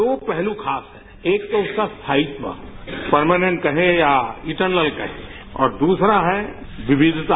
दो पहलू खास है एक तो उसका स्थायित्व परमानेंट कहे या इटरनल और दूसरा है विविधता